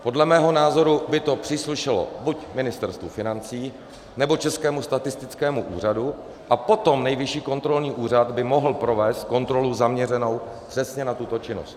Podle mého názoru by to příslušelo buď Ministerstvu financí, nebo Českému statistickému úřadu, a potom by Nejvyšší kontrolní úřad mohl provést kontrolu zaměřenou přesně na tuto činnost.